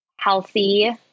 healthy